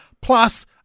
plus